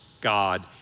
God